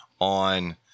on